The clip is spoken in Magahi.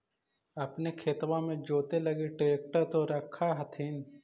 अपने खेतबा मे जोते लगी ट्रेक्टर तो रख होथिन?